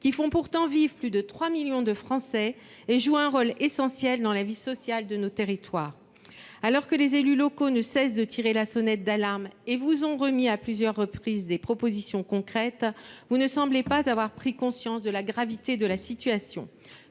qui font pourtant vivre plus de 3 millions de Français et qui jouent un rôle essentiel dans la vie sociale de nos territoires. Les élus locaux ne cessent de tirer la sonnette d’alarme ; ils vous ont fait plusieurs propositions concrètes, mais vous ne semblez pas avoir pris conscience de la gravité de la situation.